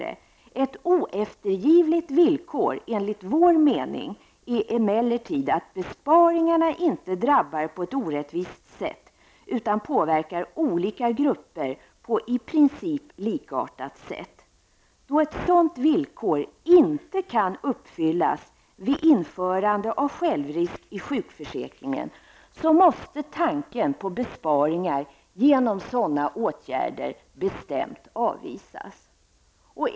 - Ett oeftergivligt villkor enligt vår mening är emellertid att besparingarna inte drabbar på ett orättvist sätt utan påverkar olika grupper på i princip likartat sätt. Då ett sådant villkor inte kan uppfyllas vid införande av självrisken i sjukförsäkringen måste tanken på besparingar genom sådana åtgärder bestämt avvisas.''